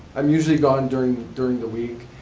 i'm usually gone during during the week.